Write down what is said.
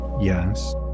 yes